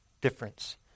difference